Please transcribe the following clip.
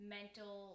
mental